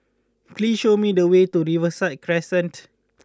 please show me the way to Riverside Crescent